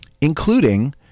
including